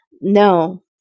no